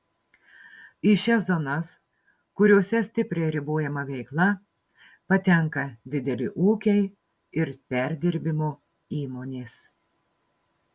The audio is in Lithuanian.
į šias zonas kuriose stipriai ribojama veikla patenka dideli ūkiai ir perdirbimo įmonės